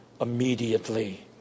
immediately